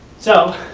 so,